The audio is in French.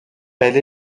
elle